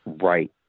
Right